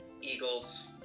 Eagles